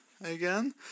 again